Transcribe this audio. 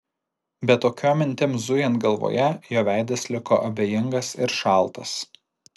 bet tokiom mintim zujant galvoje jo veidas liko abejingas ir šaltas